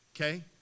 Okay